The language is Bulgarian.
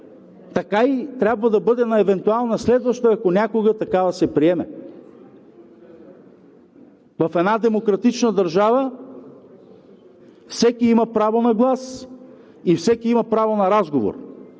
така и трябва да бъде на евентуална следваща, ако някога такава се приеме. В една демократична държава всеки има право на глас и всеки има право на разговор,